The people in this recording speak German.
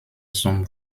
zum